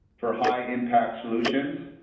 for high impact solutions,